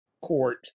court